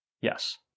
Yes